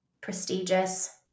prestigious